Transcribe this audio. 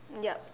yup